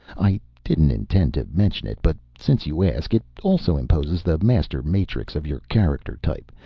i didn't intend to mention it, but since you ask it also imposes the master-matrix of your character type.